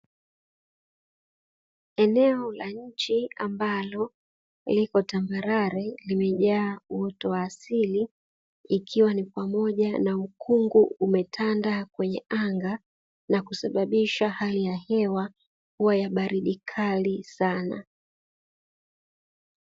Eneo la nchi ambalo lipo tambarare, limejaa uoto wa asili ikiwa ni pamoja na ukungu umetanda kwenye anga na kusababisha hali ya hewa kuwa ya baridi kali sana.